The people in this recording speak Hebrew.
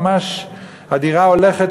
ממש הדירה הולכת,